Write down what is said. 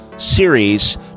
Series